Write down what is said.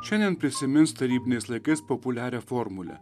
šiandien prisimins tarybiniais laikais populiarią formulę